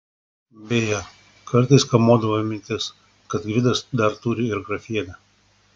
beje kartais kamuodavo mintis kad gvidas dar turi ir grafienę